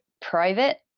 private